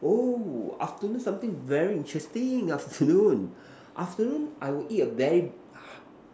oh afternoon something very interesting afternoon afternoon I will eat a berry